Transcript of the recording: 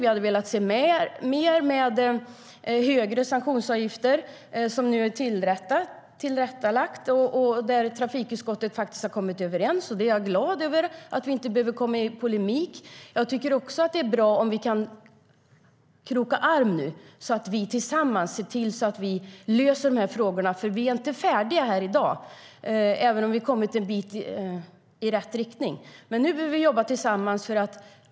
Vi hade velat se högre sanktionsavgifter, vilket nu är tillrättalagt. Trafikutskottet har kommit överens, och jag är glad över att vi inte behöver komma i polemik. Det är bra om vi kan kroka arm nu och se till att lösa de här frågorna tillsammans, för vi är inte färdiga här i dag, även om vi har kommit en bit i rätt riktning. Nu behöver vi jobba tillsammans.